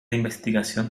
investigación